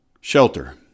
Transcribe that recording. shelter